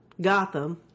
Gotham